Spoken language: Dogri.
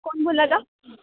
कौन बोला दा